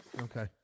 okay